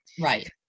Right